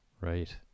Right